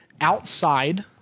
outside